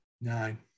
Nine